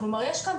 כלומר יש כאן